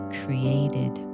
created